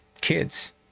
kids